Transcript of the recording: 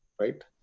right